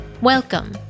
Welcome